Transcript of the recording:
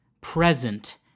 present